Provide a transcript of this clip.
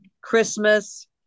Christmas